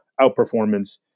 outperformance